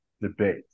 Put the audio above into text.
debate